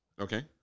Okay